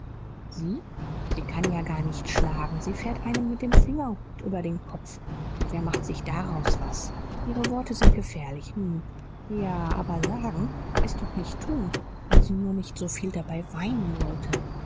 sie sie kann ja gar nicht schlagen sie fährt einem mit dem fingerhut über den kopf und wer macht sich daraus was ihre worte sind gefährlich hm ja aber sagen ist doch nicht tun wenn sie nur nicht so viel dabei weinen wollte